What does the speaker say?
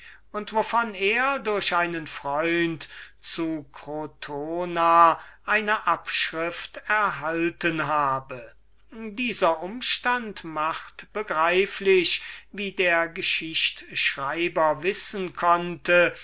und wovon er durch einen freund zu crotona eine abschrift erhalten dieser umstand macht begreiflich wie der geschichtschreiber habe wissen können